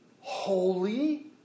holy